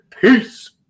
Peace